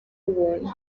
ubuntu